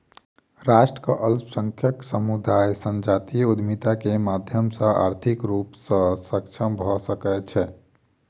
राष्ट्रक अल्पसंख्यक समुदाय संजातीय उद्यमिता के माध्यम सॅ आर्थिक रूप सॅ सक्षम भ सकै छै